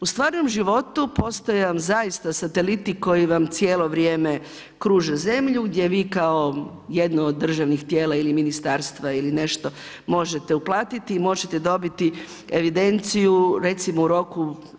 U stvarnom životu postoje vam zaista sateliti koji vam cijelo vrijeme kruže zemlju, gdje vi kao jedno od državnih tijela ili ministarstva ili nešto možete uplatiti i možete dobiti evidenciju recimo u roku.